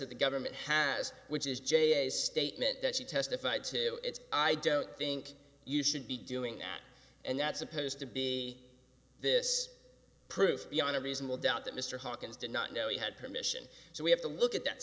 that the government has which is j a statement that she testified to i don't think you should be doing at and that's supposed to be this proof beyond a reasonable doubt that mr hawkins did not know he had permission so we have to look at that